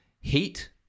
Heat